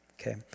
Okay